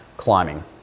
climbing